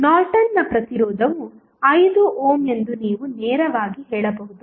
ಆದ್ದರಿಂದ ನಾರ್ಟನ್ನ ಪ್ರತಿರೋಧವು 5 ಓಮ್ ಎಂದು ನೀವು ನೇರವಾಗಿ ಹೇಳಬಹುದು